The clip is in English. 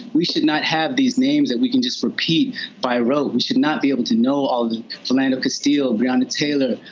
we should not have these names that we can just repeat by rote. we should not be able to know all the philando castile, breonna taylor,